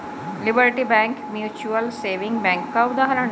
liberty bank mutual saving bank का उदाहरण है